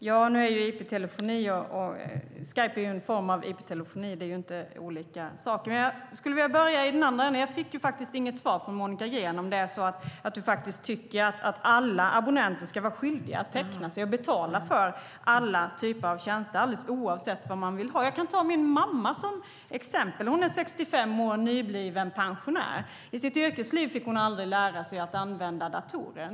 Fru talman! Skype är ju en form av IP-telefoni - det är inte olika saker. Jag skulle vilja börja i den andra änden. Jag fick inget svar från Monica Green om hon tycker att alla abonnenter ska vara skyldiga att teckna sig och betala för alla typer av tjänster oavsett vad man vill ha. Jag kan ta min mamma som exempel. Hon är 65 år och nybliven pensionär. I sitt yrkesliv fick hon aldrig lära sig att använda datorer.